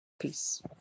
Peace